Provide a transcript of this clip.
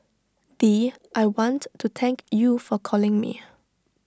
dee I want to thank you for calling me